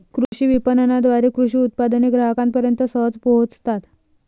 कृषी विपणनाद्वारे कृषी उत्पादने ग्राहकांपर्यंत सहज पोहोचतात